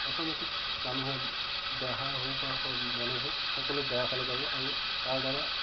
automatic মানুহে দেহা হওক বা মনে হওক সকলো বেয়া ফালে যাব আৰু তাৰ দ্বাৰা